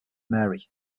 mary